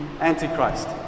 Antichrist